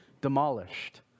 demolished